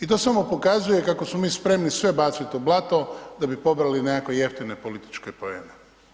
I to samo pokazuje kako smo mi spremni baciti u blato da bi pobrali nekakve jeftine političke poene.